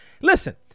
Listen